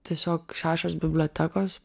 tiesiog šešios bibliotekos